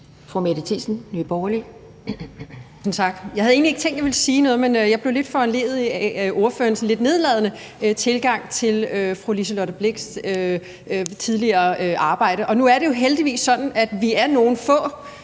Mette Thiesen (NB): Jeg havde egentlig ikke tænkt mig, at jeg ville sige noget, men jeg blev lidt foranlediget af ordførerens sådan lidt nedladende tilgang til fru Liselott Blixts tidligere arbejde. Nu er det jo heldigvis sådan, at vi er nogle få